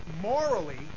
morally